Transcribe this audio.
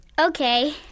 Okay